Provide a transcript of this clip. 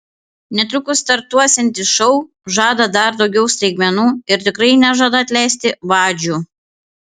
netrukus startuosiantis šou žada dar daugiau staigmenų ir tikrai nežada atleisti vadžių